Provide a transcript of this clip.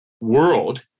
world